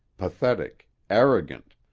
pathetic, arrogant,